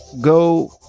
go